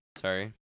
sorry